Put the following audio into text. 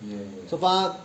so far